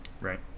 Right